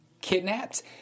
kidnapped